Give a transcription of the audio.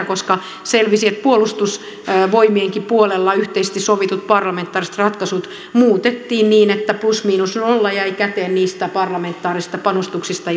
koska selvisi että puolustusvoimienkin puolella yhteisesti sovitut parlamentaariset ratkaisut muutettiin niin että plus miinus nolla jäi käteen niistä parlamentaarisista panostuksista